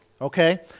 okay